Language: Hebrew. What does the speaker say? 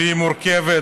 שמורכבת